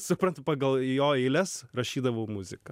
suprantu pagal jo eiles rašydavau muziką